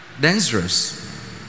dangerous